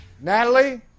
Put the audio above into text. Natalie